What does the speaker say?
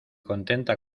contenta